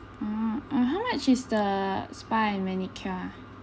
oh uh how much is the spa and manicure ah